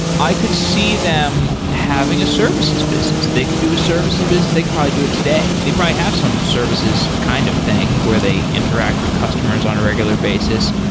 i could see them having a services business. they could do a services business. they could probably do it today. they probably have some services kind of thing where they interact with customers on a regular basis.